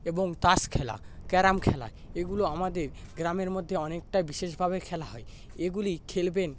এবং তাস খেলা ক্যারম খেলা এগুলো আমাদের গ্রামের মধ্যে অনেকটা বিশেষভাবে খেলা হয় এগুলি খেলবেন